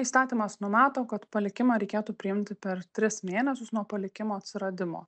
įstatymas numato kad palikimą reikėtų priimti per tris mėnesius nuo palikimo atsiradimo